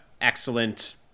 excellent